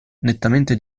nettamente